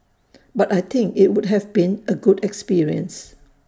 but I think IT would have been A good experience